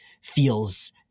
feels